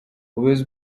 ubuyobozi